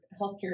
healthcare